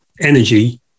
energy